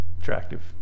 attractive